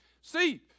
See